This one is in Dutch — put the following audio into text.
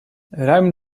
ruim